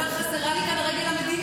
הוא אומר: חסרה לי כאן הרגל המדינית.